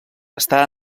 està